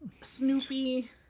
Snoopy